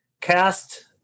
cast